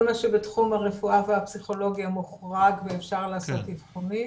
מה שבתחום הרפואה והפסיכולוגיה מוחרג ואפשר לעשות אבחונים.